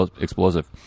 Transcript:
explosive